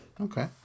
okay